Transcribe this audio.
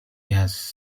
has